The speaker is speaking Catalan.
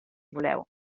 voleu